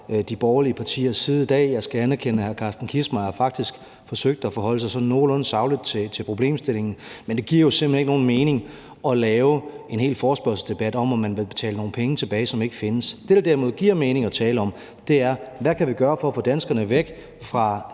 de borgerlige partiers side i dag. Jeg skal anerkende, at hr. Carsten Kissmeyer faktisk forsøgte at forholde sig sådan nogenlunde sagligt til problemstillingen, men det giver jo simpelt hen ikke nogen mening at lave en hel forespørgselsdebat om, at man vil betale nogle penge tilbage, som ikke findes. Det, der derimod giver mening at tale om, er, hvad vi kan gøre for at få danskerne væk fra